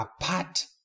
apart